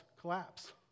collapse